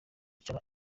cara